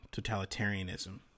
totalitarianism